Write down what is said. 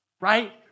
right